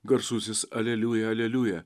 garsusis aleliuja aleliuja